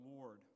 Lord